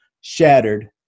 shattered